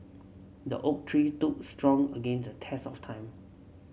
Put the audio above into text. the oak tree strong against a test of time